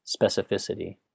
specificity